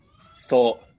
thought